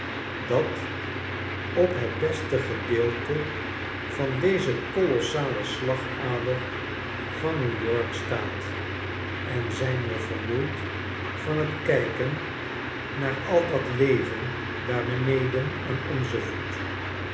dat op het beste gedeelte van deze kolossale slagader van new-york staat en zijn we vermoeid van t kijken naar al dat leven daar beneden aan onzen voet